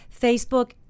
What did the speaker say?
Facebook